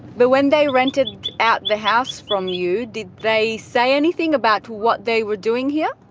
but when they rented out the house from you, did they say anything about what they were doing here?